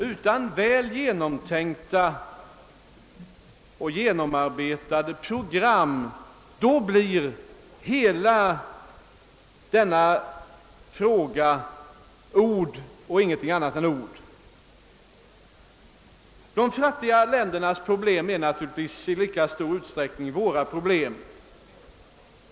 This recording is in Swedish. Utan väl genomtänkta och genomarbetade program blir allt i detta sammanhang ord och ingenting annat än ord. De fattiga ländernas problem är naturligtvis i lika stor utsträckning våra problem.